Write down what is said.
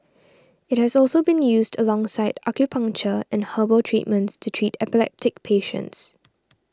it has also been used alongside acupuncture and herbal treatments to treat epileptic patients